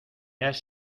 has